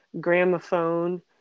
gramophone